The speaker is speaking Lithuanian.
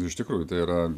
ir iš tikrųjų tai yra